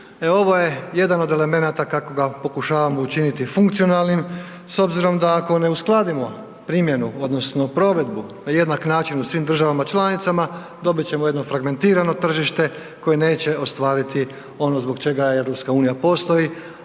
ovo je jedan od elemenata kako ga pokušavamo učiniti funkcionalnim s obzirom da ako ne uskladimo primjenu odnosno provedbu na jednak način u svim državama članicama dobit ćemo jedno fragmentirano tržište koje neće ostvariti ono zbog čega EU postoji,